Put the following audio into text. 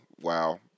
wow